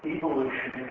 evolution